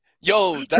Yo